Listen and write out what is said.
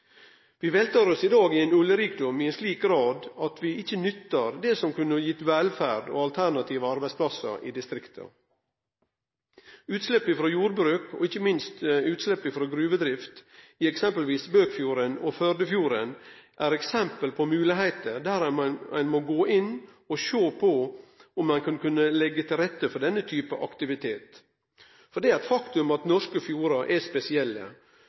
Vi veltar oss i dag i ein oljerikdom i ein slik grad at vi ikkje nyttar det som kunne gitt velferd og alternative arbeidsplassar i distrikta. Når det gjeld utslepp frå jordbruk og ikkje minst utslepp frå gruvedrift, f.eks. i Bøkfjorden og Førdefjorden, er det eksempel på at ein må gå inn og sjå om ein kan leggje til rette for denne typen aktivitet. Det er eit faktum at norske fjordar er spesielle,